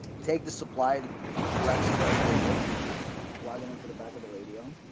take the supplied black square cable plug it into the back of the radio.